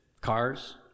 Cars